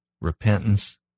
Repentance